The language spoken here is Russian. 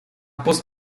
пост